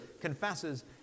confesses